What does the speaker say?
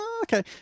Okay